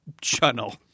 channel